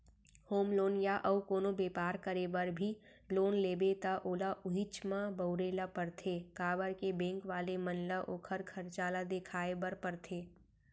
home loan या अउ कोनो बेपार करे बर भी लोन लेबे त ओला उहींच म बउरे ल परथे काबर के बेंक वाले मन ल ओखर खरचा ल देखाय बर परथे